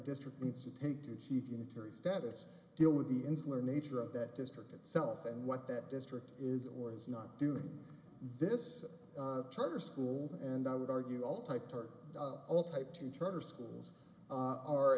district needs to take to achieve unitary status deal with the insular nature of that district itself and what that district is or is not doing this charter school and i would argue all types or all type to charter schools